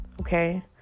okay